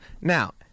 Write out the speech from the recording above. Now